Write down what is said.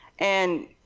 and,